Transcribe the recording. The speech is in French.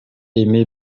aimer